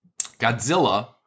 Godzilla